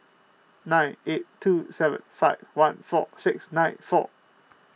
nine eight two seven five one four six nine four